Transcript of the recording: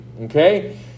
okay